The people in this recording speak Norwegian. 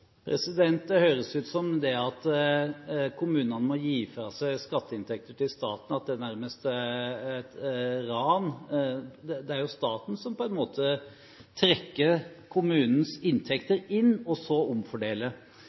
Det høres ut som om det at kommunene må gi fra seg skatteinntekter til staten, nærmest er et ran. Det er staten som trekker kommunens inntekter inn og